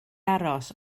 aros